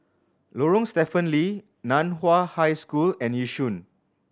Lorong Stephen Lee Nan Hua High School and Yishun